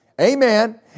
Amen